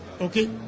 Okay